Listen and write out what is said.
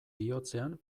bihotzean